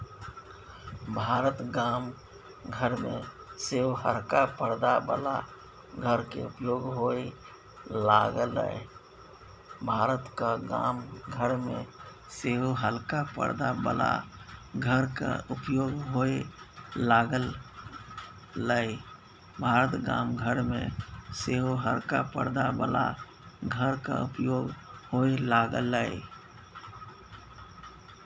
भारतक गाम घर मे सेहो हरका परदा बला घरक उपयोग होए लागलै